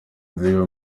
nziga